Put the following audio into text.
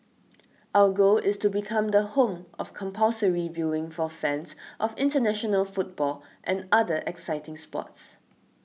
our goal is to become the home of compulsory viewing for fans of international football and other exciting sports